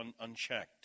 unchecked